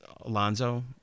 Alonzo